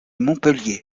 montpellier